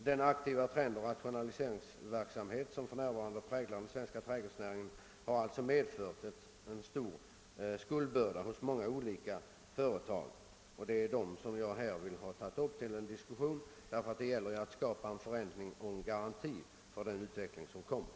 Den aktiva rationaliseringsverksamheten som för närvarande präglar den svenska trädgårdsnäringen har medfört att många odlare har ådragit sig stora skulder. Det är framför allt dem jag har tänkt på när jag tagit upp denna fråga till diskussion. Garantier måste skapas för den kommande utvecklingen.